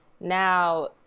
now